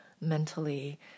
mentally